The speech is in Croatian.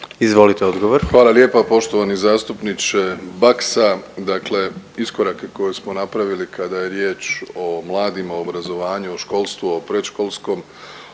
Andrej (HDZ)** Hvala lijepa poštovani zastupniče Baksa. Dakle, iskorake koje smo napravili kada je riječ o mladima, obrazovanju, o školstvu, o predškolskom